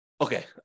Okay